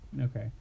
Okay